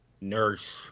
Nurse